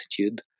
altitude